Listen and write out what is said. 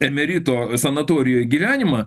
emerito sanatorijoj gyvenimą